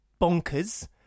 Bonkers